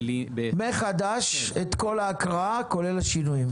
מחדש את כל ההקראה, כולל השינויים.